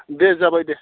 दे जाबाय दे